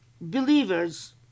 believers